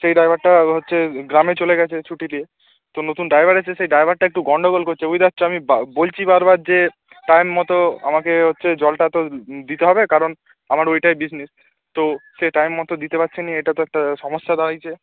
সেই ড্রাইভারটা হচ্ছে গ্রামে চলে গেছে ছুটি দিয়ে তো নতুন ড্রাইভার এসেছে সেই ড্রাইভারটা একটু গন্ডগোল করছে বুঝতে পারছো আমি বা বলছি বারবার যে টাইম মতো আমাকে হচ্ছে যে জলটা তো দিতে হবে কারণ আমার ওইটাই বিজনেস তো সে টাইম মতো দিতে পারছে নি এটা তো একটা সমস্যা দাঁড়িয়েছে